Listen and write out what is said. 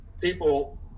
people